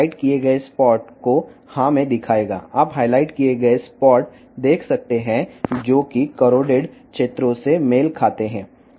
కాబట్టి హైలైట్ చేసిన మచ్చలు తుప్పుపట్టిన ప్రాంతానికి చెందినవి